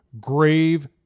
grave